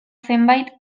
zenbait